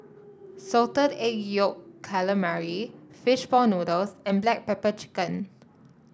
Salted Egg Yolk Calamari fish ball noodles and Black Pepper Chicken